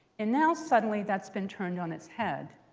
and now suddenly that's been turned on it's head.